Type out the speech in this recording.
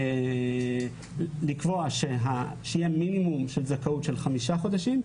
וכן לקבוע שיהיה מינימום של זכאות של חמישה חודשים,